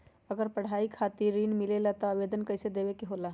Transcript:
अगर पढ़ाई खातीर ऋण मिले ला त आवेदन कईसे देवे के होला?